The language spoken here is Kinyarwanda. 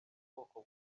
bwoko